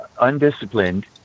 undisciplined